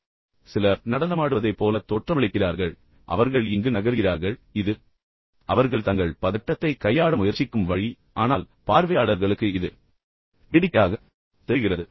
உண்மையில் சிலர் நடனமாடுவதைப் போல தோற்றமளிக்கிறார்கள் எனவே அவர்கள் இங்கு நகர்கிறார்கள் அவர்கள் அங்கு செல்கிறார்கள் இது அவர்கள் தங்கள் பதட்டத்தைக் கையாள முயற்சிக்கும் வழி ஆனால் பார்வையாளர்களுக்கு இது மிகவும் வேடிக்கையான நகைச்சுவையாகத் தெரிகிறது